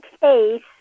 case